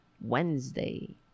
Wednesday